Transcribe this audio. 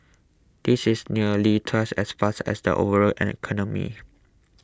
this is nearly twice as fast as the overall economy